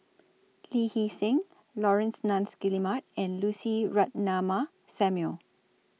Lee Hee Seng Laurence Nunns Guillemard and Lucy Ratnammah Samuel